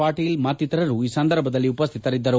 ಪಾಟೀಲ್ ಮತ್ತಿತರರು ಈ ಸಂದರ್ಭದಲ್ಲಿ ಉಪಸ್ಥಿತರಿದ್ದರು